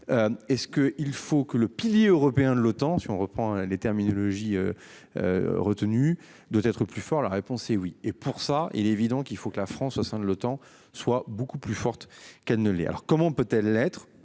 Est-ce que il faut que le pilier européen de l'OTAN, si on reprend les terminologies. Retenue doit être plus fort. La réponse est oui et pour ça il est évident qu'il faut que la France au sein de l'OTAN soit beaucoup plus forte qu'elle ne l'est. Alors comment peut-elle être